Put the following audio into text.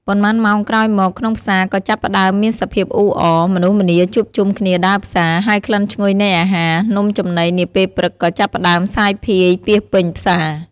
ប៉ុន្មានម៉ោងក្រោយមក ក្នុងផ្សារក៏ចាប់ផ្តើមមានសភាពអ៊ូអរ មនុស្សម្នាជួបជុំគ្នាដើរផ្សារ ហើយក្លិនឈ្ងុយនៃអាហារ នំចំណីនាពេលព្រឹកក៏ចាប់ផ្តើមសាយភាយពាសពេញផ្សារ។